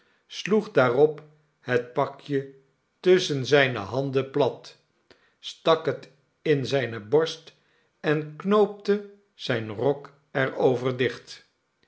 sloeg daarop het pakje tusschen zijne handen plat stak het in zijne borst en knoopte zijn rok er over dicht